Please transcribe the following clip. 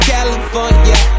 California